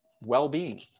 well-being